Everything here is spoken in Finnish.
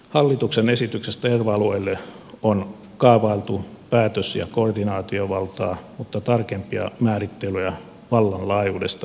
hallituksen esityksestä erva alueille on kaavailtu päätös ja koordinaatiovaltaa mutta tarkempia määrittelyjä vallan laajuudesta ei ole annettu